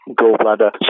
gallbladder